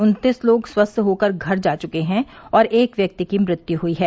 उन्तीस लोग स्वस्थ होकर घर जा चुके हैं और एक व्यक्ति की मृत्यु हुई है